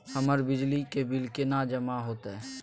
हमर बिजली के बिल केना जमा होते?